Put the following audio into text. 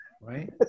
Right